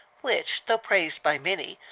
which, though praised by many,